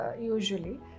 usually